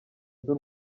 z’u